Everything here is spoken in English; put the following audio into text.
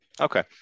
Okay